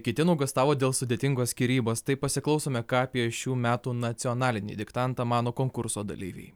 kiti nuogąstavo dėl sudėtingos skyrybos tai pasiklausome ką apie šių metų nacionalinį diktantą mano konkurso dalyviai